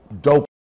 dope